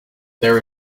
there